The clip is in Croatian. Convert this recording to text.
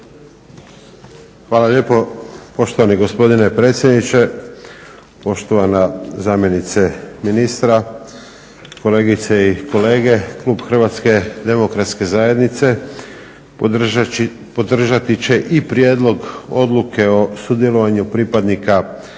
Hvala lijepo poštovani gospodine predsjedniče. Poštovana zamjenice ministra, kolegice i kolege. Klub HDZ-a podržati će i Prijedlog odluke o sudjelovanju pripadnika Oružanih